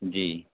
جی